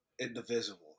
indivisible